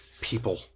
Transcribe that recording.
people